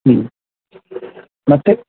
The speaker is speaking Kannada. ಹ್ಞೂ ಮತ್ತು